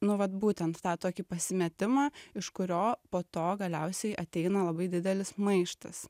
nu vat būtent tą tokį pasimetimą iš kurio po to galiausiai ateina labai didelis maištas